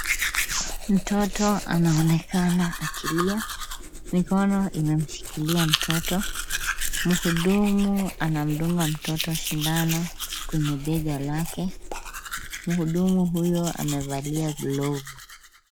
Mtoto anaonekana akilia, mikono imemshikilia mtoto, mhudumu anamdunga mtoto sindano kwenye bega lake, mhudumu huyo amevalia glovu.